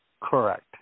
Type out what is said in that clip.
Correct